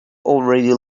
already